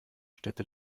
städte